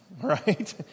right